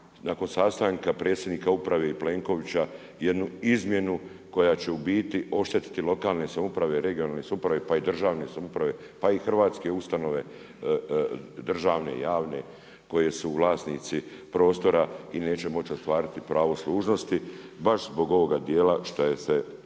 nakon sastanka predsjednika uprave i Plenkovića jednu izmjenu koja će u biti oštetiti lokalne samouprave i regionalne samouprave, pa i državne samouprave pa i hrvatske ustanove, državne, javne koje su vlasnici prostora i neće moći otvarati pravo služnosti baš zbog ovoga dijela šta joj se